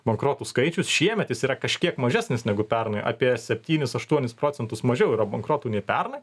bankrotų skaičius šiemet jis yra kažkiek mažesnis negu pernai apie septynis aštuonis procentus mažiau yra bankrotų nei pernai